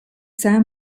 sam